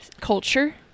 culture